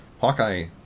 Hawkeye